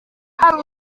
hari